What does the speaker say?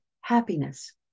happiness